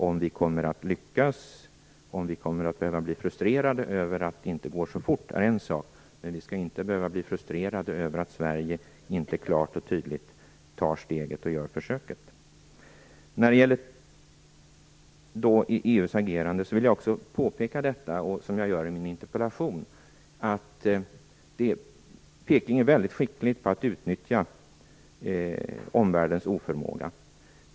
Om vi kommer att lyckas eller om vi kommer att bli frustrerade över att det inte går så fort är en sak, men vi skall inte behöva bli frustrerade över att Sverige inte klart och tydligt tar steget och gör ett försök. När det gäller EU:s agerade vill jag påpeka - vilket jag också gör i min interpellation - att Pekingregimen är väldigt skicklig på att utnyttja omvärldens oförmåga.